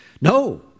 No